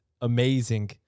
amazing